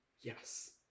Yes